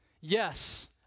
Yes